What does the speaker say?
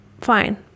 fine